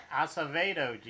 Acevedo